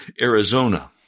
Arizona